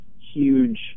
huge